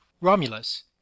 romulus